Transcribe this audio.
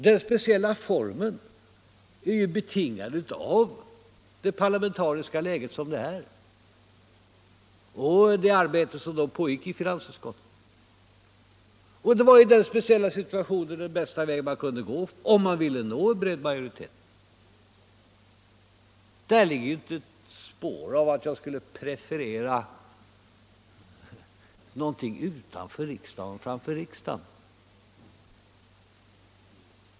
Den speciella formen är betingad av det parlamentariska läge som föreligger och det arbete som pågick i finansutskottet. Det var i den speciella situationen den bästa väg man kunde gå om man ville nå en bred majoritet. Där finns inte ett spår av att jag skulle preferera uppgörelser utanför riksdagen framför sådana i riksdagen.